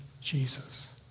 Jesus